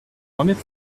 remets